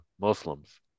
Muslims